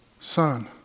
Son